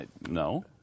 No